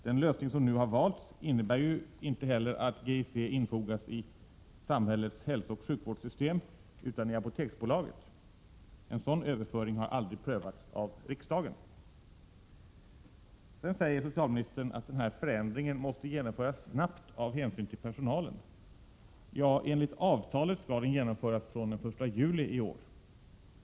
Den lösning som nu valts innebär ju inte heller att GIC infogas i ”samhällets hälsooch sjukvårdssystem”, utan i Apoteksbolaget. En sådan överföring har aldrig prövats av riksdagen. Sedan säger socialministern att den här förändringen måste genomföras snabbt av hänsyn till personalen. Ja, enligt avtalet skall den genomföras den 1 juli i år.